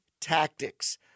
tactics